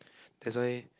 that's why